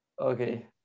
Okay